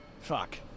Fuck